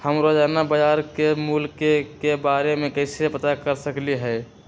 हम रोजाना बाजार के मूल्य के के बारे में कैसे पता कर सकली ह?